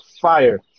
fire